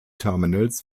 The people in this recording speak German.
terminals